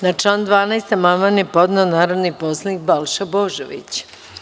Na član 12. amandman je podneo narodni poslanik Balša Božović.